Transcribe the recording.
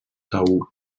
taüt